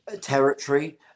territory